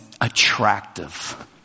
Attractive